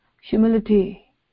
humility